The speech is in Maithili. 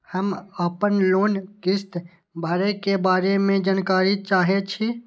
हम आपन लोन किस्त भरै के बारे में जानकारी चाहै छी?